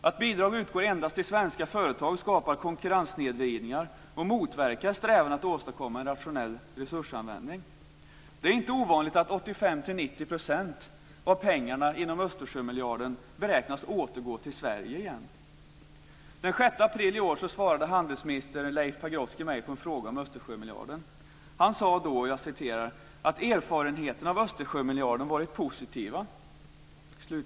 Att bidrag utgår endast till svenska företag skapar konkurrenssnedvridning och motverkar strävan att åstadkomma en rationell resursanvändning. Det är inte ovanligt att 85-90 % av pengarna inom Östersjömiljarden beräknas återgå till Sverige igen. Den 6 april i år svarade handelsminister Leif Pagrotsky på en fråga från mig om Östersjömiljarden. Han sade då att "erfarenheterna av Östersjömiljarden varit positiva".